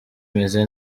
meze